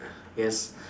yes